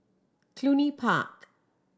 Cluny Park